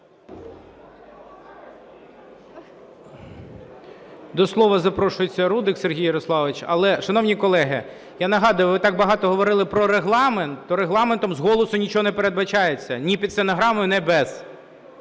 До слова запрошується Рудик Сергій Ярославович. Але, шановні колеги, я нагадую, ви так багато говорили про Регламент, то Регламентом з голосу нічого не передбачається, ні під стенограму, ні без.